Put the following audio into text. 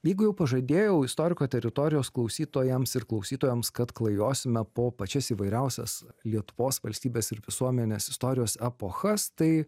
jeigu jau pažadėjau istoriko teritorijos klausytojams ir klausytojoms kad klajosime po pačias įvairiausias lietuvos valstybės ir visuomenės istorijos epochas tai